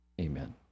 amen